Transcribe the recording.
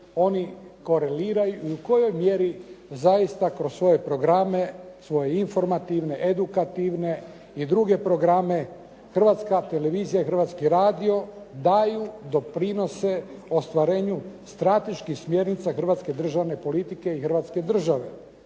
usklađeni i u kojoj mjeri zaista kroz svoje programe, svoje informativne, edukativne i druge programe Hrvatska televizija i Hrvatski radio daju doprinose ostvarenju strateških smjernica hrvatske državne politike i Hrvatske države.